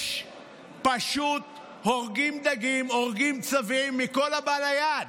הן פשוט הורגות דגים, הורגות צבים מכל הבא ליד